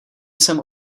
jsem